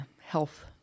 health